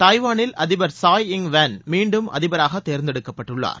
தாய்வானில் அதிபர் Tsai Ing wen மீண்டும் அதிபராக தேர்ந்தெடுக்கப்பட்டுள்ளார்